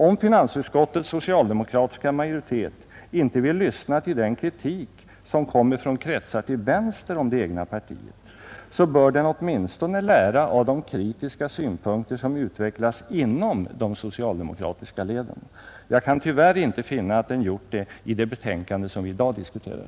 Om finansutskottets socialdemokratiska majoritet inte vill lyssna till den kritik som kommer från kretsar till vänster om det egna partiet, bör den åtminstone lära av de kritiska synpunkter som utvecklas inom de socialdemokratiska leden. Jag kan tyvärr inte finna att den gjort det i det betänkande vi i dag diskuterar.